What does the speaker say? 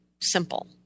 simple